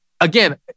Again